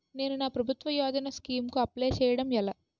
నేను నా ప్రభుత్వ యోజన స్కీం కు అప్లై చేయడం ఎలా?